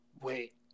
Wait